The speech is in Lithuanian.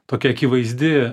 tokia akivaizdi